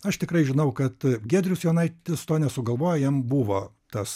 aš tikrai žinau kad giedrius jonaitis to nesugalvojo jam buvo tas